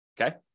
Okay